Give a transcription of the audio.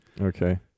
Okay